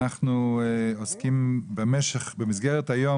שלום לכל הנוכחים כאן ולאלה שב- ZOOM. אנחנו עוסקים היום